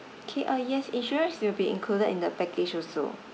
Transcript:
okay ah yes insurance will be included in the package also